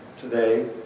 today